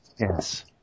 Yes